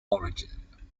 origin